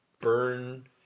Burn